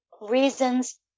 reasons